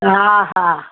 हा हा